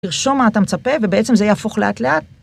תרשום מה אתה מצפה ובעצם זה יהפוך לאט לאט.